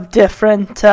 different